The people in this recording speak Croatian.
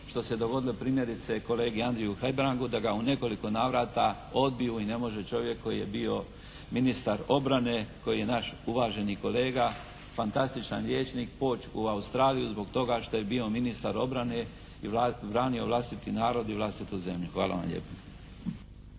što se dogodilo primjerice kolegi Andriji Hebrangu da ga u nekoliko navrata odbiju i ne može čovjek koji je bio ministar obrane, koji je naš uvaženi kolega, fantastičan liječnik poći u Australiju zbog toga što je bio ministar obrane i branio vlastiti narod i vlastitu zemlju. Hvala vam lijepo.